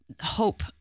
hope